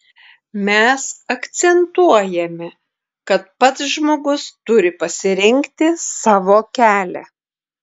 mes akcentuojame kad pats žmogus turi pasirinkti savo kelią